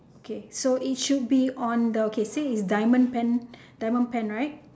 okay so it should be on the okay say is diamond pen diamond pen right